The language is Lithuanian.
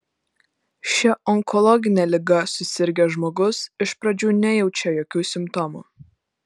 šia onkologine liga susirgęs žmogus iš pradžių nejaučia jokių simptomų